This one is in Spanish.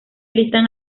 listan